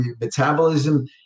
metabolism